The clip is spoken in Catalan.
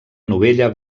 novella